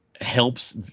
helps